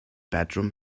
bedroom